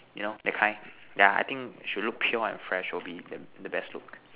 you that kind yeah I think should look pure and fresh will be the the best look